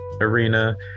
arena